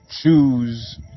choose